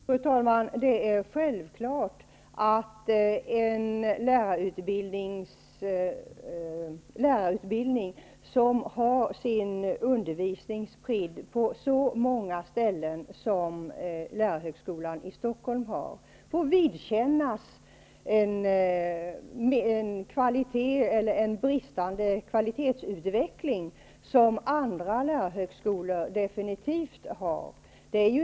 Fru talman! Det är självklart att en lärarutbildning som har sin undervisning spridd på så många ställen som lärarhögskolan i Stockholm, får vidkännas en bristande kvalitetsutveckling, i motsats till vad andra lärarhögskolor har.